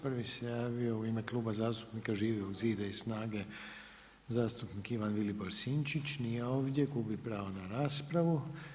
Prvi se javio u ime Kluba zastupnika Živog zida i SNAGA-e zastupnik Ivan Vilibor Sinčić, nije ovdje, gubi pravo na raspravu.